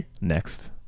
Next